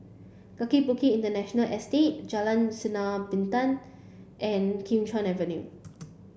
Kaki Bukit Industrial Estate Jalan Sinar Bintang and Kim Chuan Avenue